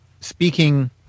speaking